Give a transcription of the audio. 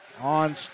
on